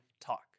talk